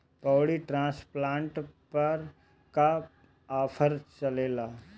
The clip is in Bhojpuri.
पैडी ट्रांसप्लांटर पर का आफर चलता?